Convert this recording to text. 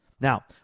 Now